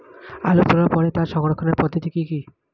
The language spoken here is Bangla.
আলু তোলার পরে তার সংরক্ষণের পদ্ধতি কি কি?